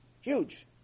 Huge